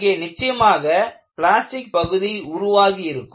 அங்கே நிச்சயமாக பிளாஸ்டிக் பகுதி உருவாகி இருக்கும்